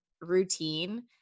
routine